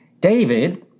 David